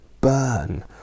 burn